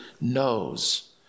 knows